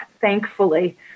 thankfully